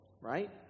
right